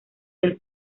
del